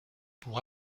pour